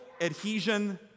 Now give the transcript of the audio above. adhesion